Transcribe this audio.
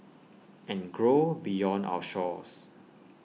and grow beyond our shores